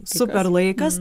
super laikas